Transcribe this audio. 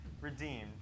redeemed